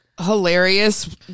hilarious